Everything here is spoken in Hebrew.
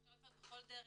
אפשר לפנות בכל דרך,